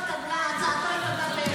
מיקי, הצעתו התקבלה פה אחד.